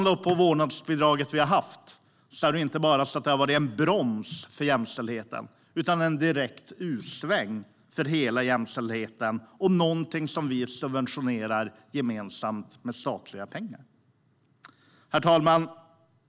Det vårdnadsbidrag som vi har haft har inte bara varit en broms för jämställdheten, utan det har varit en direkt U-sväng för hela jämställdheten och någonting som vi gemensamt har subventionerat och finansierat med statliga pengar. Herr talman!